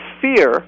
fear